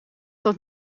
dat